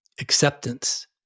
acceptance